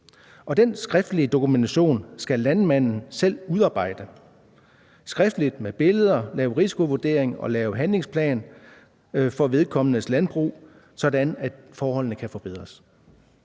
Den skriftlige dokumentation skal landmanden selv udarbejde. Vedkommende skal skriftligt med billeder lave risikovurdering og handlingsplan for sit landbrug, sådan at forholdene kan forbedres.